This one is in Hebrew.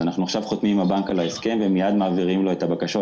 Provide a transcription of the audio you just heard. אנחנו עכשיו חותמים עם הבנק על ההסכם ומיד מעבירים לו את הבקשות.